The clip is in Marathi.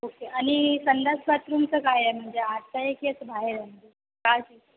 ओके आणि संडास बाथरूमचं काय आहे म्हणजे आत आहे की असं बाहेर आहे म्हणजे